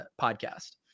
podcast